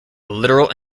literal